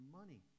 money